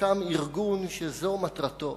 וקם ארגון שזו מטרתו,